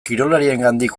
kirolariarengandik